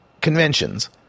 conventions